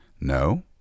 No